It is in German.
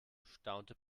staunte